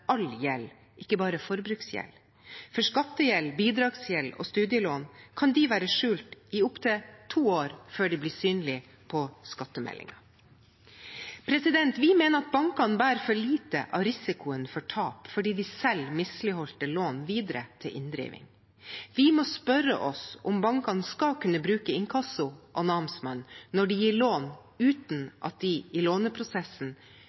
all gjeld, ikke bare forbruksgjeld, for skattegjeld, bidragsgjeld og studielån kan være skjult i opptil to år før de blir synlig på skattemeldingen. Vi mener at bankene bærer for lite av risikoen for tap fordi de selger misligholdte lån videre til inndriving. Vi må spørre oss om bankene skal kunne bruke inkasso og namsmann når de gir lån uten at de i låneprosessen